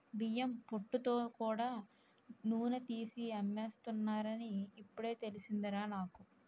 బియ్యం పొట్టుతో కూడా నూనె తీసి అమ్మేస్తున్నారని ఇప్పుడే తెలిసిందిరా నాకు